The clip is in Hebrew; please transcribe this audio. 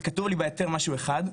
כי כתוב לי בהיתר משהו אחד,